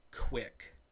quick